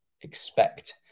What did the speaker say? expect